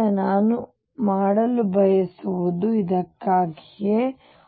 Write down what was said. ಈಗ ನಾನು ಮಾಡಲು ಬಯಸುವುದು ಇದಕ್ಕಾಗಿಯೇ ನಾನು